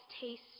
taste